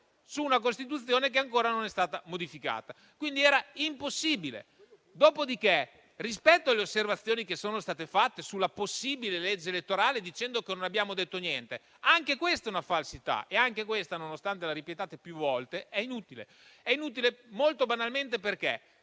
su una Costituzione che ancora non è stata modificata, quindi era impossibile. Dopodiché, rispetto alle osservazioni che sono state fatte sulla possibile legge elettorale, dicendo che non abbiamo detto niente, anche questa è una falsità e anche questa, nonostante la ripetiate più volte, è inutile. È inutile, molto banalmente,